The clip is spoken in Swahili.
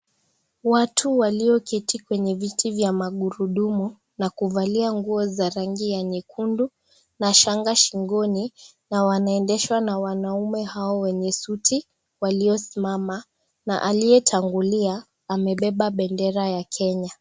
Watu walioketi kwenye viti vya magurudumu na kuvalia nguo za rangi ya nyekundu na shanga shingoni na wanaendeshwa na wanaume hawa wenye suti waliosimama, na aliyetangulia amebeba bendera ya Kenya.